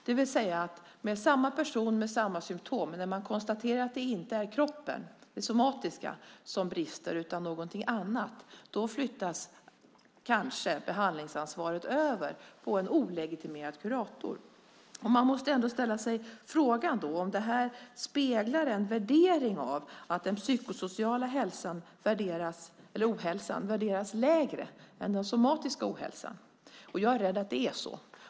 Det handlar alltså om samma person med samma symtom, men när man konstaterar att det inte är kroppen, det somatiska, som brister utan någonting annat flyttas kanske behandlingsansvaret över på en olegitimerad kurator. Man måste ändå ställa sig frågan om det här speglar en värdering, att den psykosociala ohälsan värderas lägre än den somatiska ohälsan. Jag är rädd att det är så.